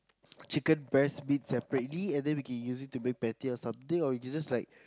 chicken breast meat separately and then we can use it to make patty or something or you can just like